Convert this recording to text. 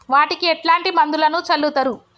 వాటికి ఎట్లాంటి మందులను చల్లుతరు?